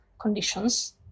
conditions